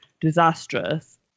disastrous